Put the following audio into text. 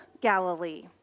Galilee